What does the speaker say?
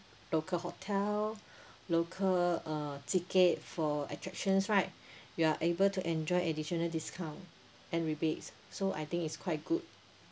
local hotel local uh ticket for attractions right you are able to enjoy additional discount and rebates so I think it's quite good